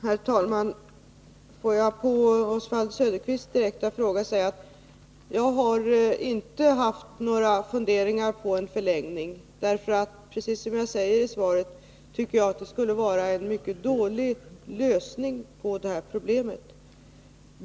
Herr talman! Får jag som svar på Oswald Söderqvists direkta fråga säga att jaginte har haft några funderingar på en förlängning. Precis som jag säger i svaret, tycker jag att det skulle vara en mycket dålig lösning på detta problem.